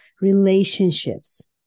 relationships